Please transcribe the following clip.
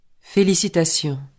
Félicitations